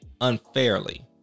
unfairly